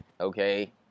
Okay